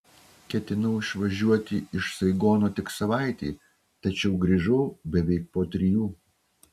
ketinau išvažiuoti iš saigono tik savaitei tačiau grįžau beveik po trijų